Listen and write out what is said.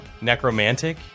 Necromantic